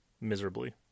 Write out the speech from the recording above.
miserably